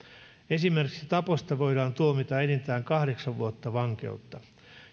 esimerkiksi taposta voidaan tuomita enintään kahdeksan vuotta vankeutta